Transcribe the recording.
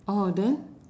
oh then